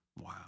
Wow